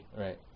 Right